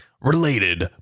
Related